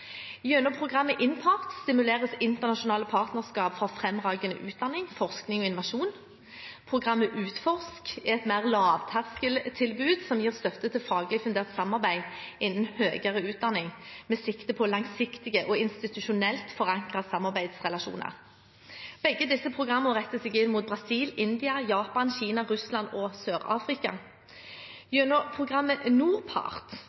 Gjennom programmet INTPART stimuleres internasjonale partnerskap for fremragende utdanning, forskning og innovasjon. Programmet UTFORSK er et mer lavterskeltilbud som gir støtte til faglig fundert samarbeid innen høyere utdanning, med sikte på langsiktige og institusjonelt forankrede samarbeidsrelasjoner. Begge disse programmene retter seg inn mot Brasil, India, Japan, Kina, Russland og